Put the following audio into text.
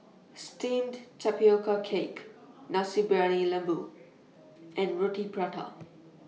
Steamed Tapioca Cake Nasi Briyani Lembu and Roti Prata